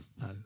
no